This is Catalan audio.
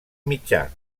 mitjà